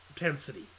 intensity